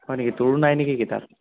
হয় নেকি তোৰো নাই নেকি কিতাপ